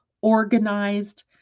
organized